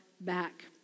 back